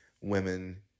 women